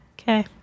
Okay